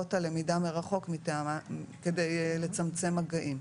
להורות על למידה מרחוק כדי לצמצם מגעים.